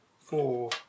Four